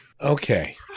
Okay